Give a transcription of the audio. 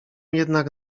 jednak